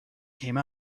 came